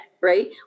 right